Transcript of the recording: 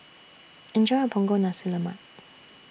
Enjoy your Punggol Nasi Lemak